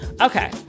Okay